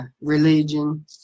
religion